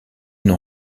non